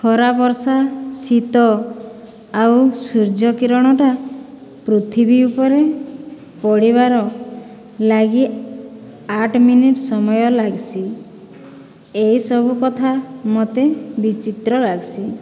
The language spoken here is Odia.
ଖରା ବର୍ଷା ଶୀତ ଆଉ ସୂର୍ଯ୍ୟକିରଣଟା ପୃଥିବୀ ଉପରେ ପଡ଼ିବାର ଲାଗି ଆଠ୍ ମିନିଟ୍ ସମୟ ଲାଗ୍ସି ଏହିସବୁ କଥା ମତେ ବିଚିତ୍ର ଲାଗ୍ସି